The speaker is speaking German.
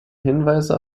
hinweise